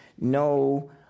no